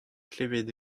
klevet